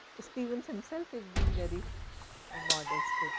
stevens himself is being very ah modest.